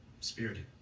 spirited